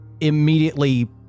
immediately